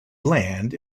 land